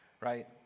right